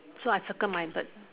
so I circle my bird